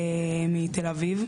מתל אביב,